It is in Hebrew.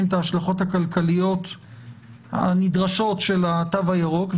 את ההשלכות הכלכליות הנדרשות של התו הירוק.